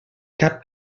cap